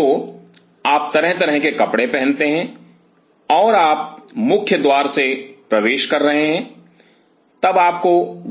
तो आप तरह तरह के कपड़े पहनते हैं और आप मुख्य द्वार से प्रवेश कर रहे हैं तब आप